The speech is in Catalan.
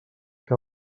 que